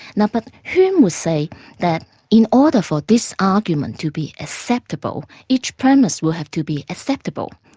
now but hume would say that in order for this argument to be acceptable, each premise will have to be acceptable.